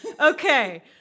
Okay